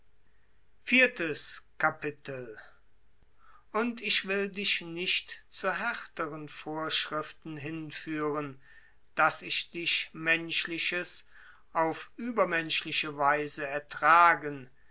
und ich will dich nicht zu härteren vorschriften hinführen daß ich dich menschliches auf übermenschliche weise ertragen